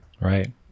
Right